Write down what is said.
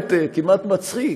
באמת כמעט מצחיק,